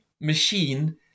machine